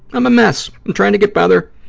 i'm a mess. i'm trying to get better,